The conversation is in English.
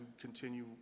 continue